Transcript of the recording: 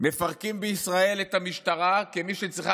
מפרקים בישראל את המשטרה כמי שצריכה